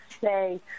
say